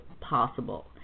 possible